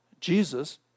Jesus